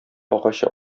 агачы